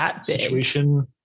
situation